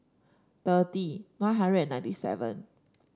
thirty nine hundred and ninety seven